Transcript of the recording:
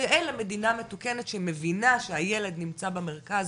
כיאה למדינה מתוקנת שמבינה שהילד נמצא במרכז,